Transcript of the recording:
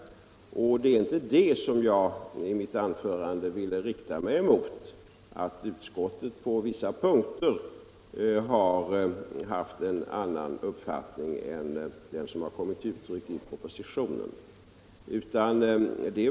Det är inte det som jag i mitt anförande ville rikta mig mot — att utskottet på vissa punkter har haft en annan uppfattning än den som har kommit till uttryck i propositionen.